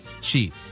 cheap